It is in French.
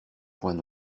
poing